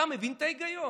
אתה מבין את ההיגיון?